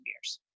years